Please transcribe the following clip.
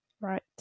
right